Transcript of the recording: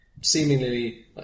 seemingly